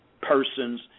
persons